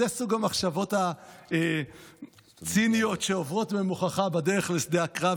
זה סוג המחשבות הציניות שעוברות במוחך בדרך לשדה הקרב,